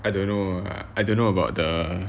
I don't know I don't know about the